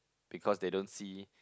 because they don't see